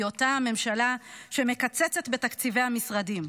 היא באותה הממשלה שמקצצת בתקציבי המשרדים.